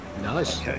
nice